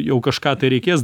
jau kažką tai reikės